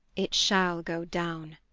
it shall go down,